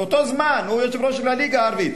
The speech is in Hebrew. באותו זמן הוא היה יושב-ראש הליגה הערבית.